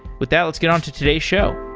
with that, let's get on to today's show